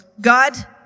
God